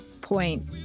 point